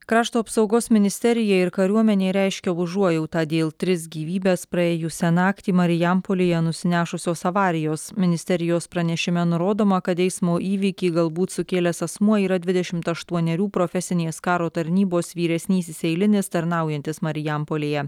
krašto apsaugos ministerija ir kariuomenė reiškia užuojautą dėl tris gyvybes praėjusią naktį marijampolėje nusinešusios avarijos ministerijos pranešime nurodoma kad eismo įvykį galbūt sukėlęs asmuo yra dvidešimt aštuonerių profesinės karo tarnybos vyresnysis eilinis tarnaujantis marijampolėje